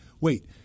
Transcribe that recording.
wait